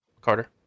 Carter